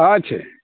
अच्छा